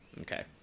okay